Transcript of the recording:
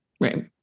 right